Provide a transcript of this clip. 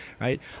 Right